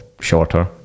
shorter